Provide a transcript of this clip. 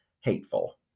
hateful